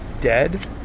dead